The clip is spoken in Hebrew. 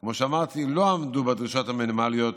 שכמו שאמרתי, הם לא עמדו בדרישות המינימליות